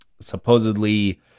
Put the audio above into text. supposedly